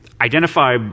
identify